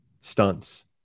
stunts